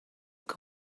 god